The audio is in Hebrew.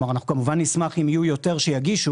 אנחנו כמובן נשמח אם יהיו יותר שיגישו,